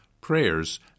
prayers